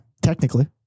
Technically